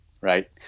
right